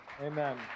Amen